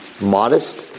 modest